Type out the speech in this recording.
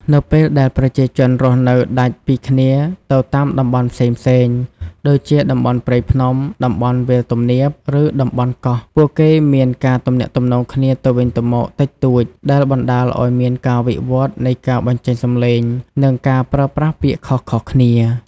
នៅពេលដែលប្រជាជនរស់នៅដាច់ពីគ្នាទៅតាមតំបន់ផ្សេងៗ ដូចជាតំបន់ព្រៃភ្នំ តំបន់វាលទំនាប ឬតំបន់កោះ ពួកគេមានការទំនាក់ទំនងគ្នាទៅវិញទៅមកតិចតួច ដែលបណ្តាលឲ្យមានការវិវត្តន៍នៃការបញ្ចេញសំឡេង និងការប្រើប្រាស់ពាក្យខុសៗគ្នា។